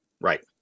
Right